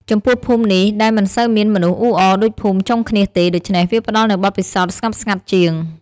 ចំពោះភូមិនេះដែរមិនសូវមានមនុស្សអ៊ូអរដូចភូមិចុងឃ្នៀសទេ ដូច្នេះវាផ្តល់នូវបទពិសោធន៍ស្ងប់ស្ងាត់ជាង។